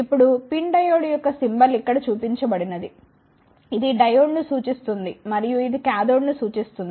ఇప్పుడు పిన్ డయోడ్ యొక్క సింబల్ ఇక్కడ చూపించబడినది ఇది డయోడ్ను సూచిస్తుంది మరియు ఇది కాథోడ్ను సూచిస్తుంది